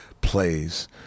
plays